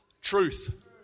truth